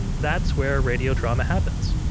that's where radio drama happens.